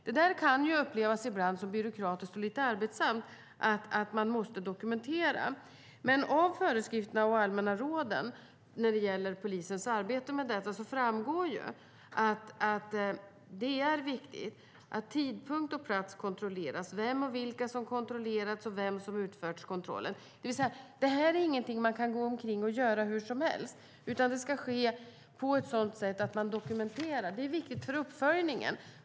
Det kan ibland upplevas som byråkratiskt och lite arbetsamt att man måste dokumentera. Av föreskrifterna och de allmänna råden när det gäller polisens arbete med detta framgår det att det är viktigt att tidpunkt och plats kontrolleras, vem och vilka som kontrolleras och vem som utfört kontrollen. Det här är ingenting man kan gå omkring och göra hur som helst, utan det ska ske på ett sådant sätt att man dokumenterar. Det är viktigt för uppföljningen.